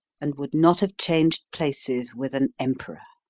and would not have changed places with an emperor.